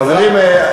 חברים,